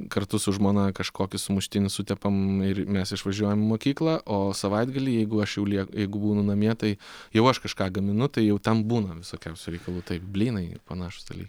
kartu su žmona kažkokius sumuštinius sutepam ir mes išvažiuojam į mokyklą o savaitgalį jeigu aš jau lie jeigu būnu namie tai jau aš kažką gaminu tai jau ten būna visokiausių reikalų tai blynai ir panašūs dalykai